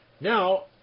Now